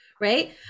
right